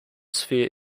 sphere